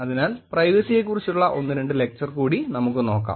അതിനാൽ പ്രൈവസിയെക്കുറിച്ചുള്ള ഒന്നുരണ്ട് ലെക്ചർ കൂടി നമുക്ക് നോക്കാം